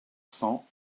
cents